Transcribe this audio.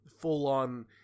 full-on